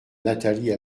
nathalie